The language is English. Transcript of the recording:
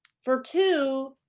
for two,